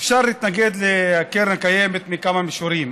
אפשר להתנגד לקרן קיימת מכמה מישורים.